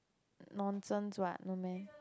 nonsense what no meh